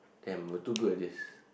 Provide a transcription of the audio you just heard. damn I am too good at this